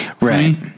Right